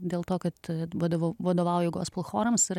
dėl to kad vadovau vadovauju gospel chorams ir